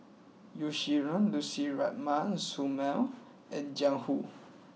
Yeo Shih Yun Lucy Ratnammah Samuel and Jiang Hu